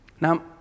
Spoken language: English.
Now